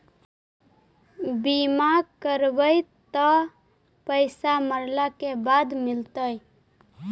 बिमा करैबैय त पैसा मरला के बाद मिलता?